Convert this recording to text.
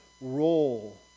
role